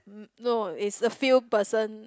mm no it's a few person